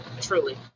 truly